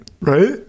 right